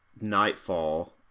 nightfall